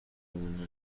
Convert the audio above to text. umunaniro